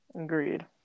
Agreed